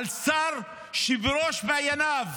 על שר שבראש מעייניו